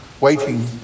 waiting